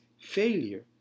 failure